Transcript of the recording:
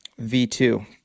V2